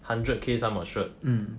hundred K 他 matured